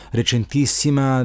recentissima